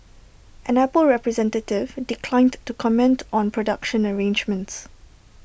an Apple representative declined to comment on production arrangements